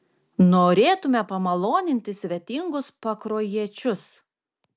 norėtume pamaloninti svetingus pakruojiečius